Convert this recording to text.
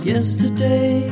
Yesterday